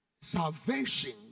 salvation